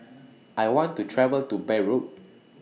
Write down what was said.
I want to travel to Beirut